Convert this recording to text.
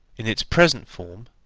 in its present form,